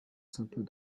simple